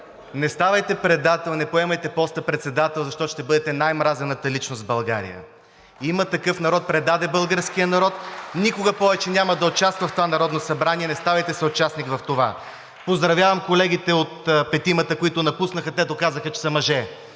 не ставайте предател, не поемайте поста председател, защото ще бъдете най-мразената личност в България. „Има такъв народ“ предаде българския народ. Никога повече няма да участвам в това Народно събрание. Не ставайте съучастник в това. Поздравявам петимата колеги, които напуснаха, те доказаха, че са мъже!